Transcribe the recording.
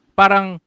parang